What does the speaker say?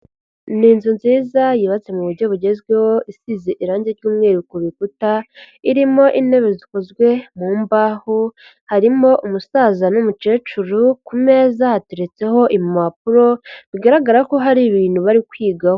Ni inzu nziza yubatse mu buryo bugezweho, isize irange ry'umweru ku bikuta, irimo intebe zikozwe mu mbaho, harimo umusaza n'umukecuru, ku meza hateretseho impapuro, bigaragara ko hari ibintu bari kwigaho.